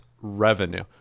revenue